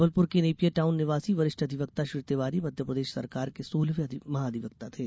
जबलपुर के नेपियर टाउन निवासी वरिष्ठ अधिवक्ता श्री तिवारी मध्यप्रदेश सरकार के सोलहवें महाधिवक्ता थे